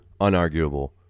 Unarguable